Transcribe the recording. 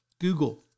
Google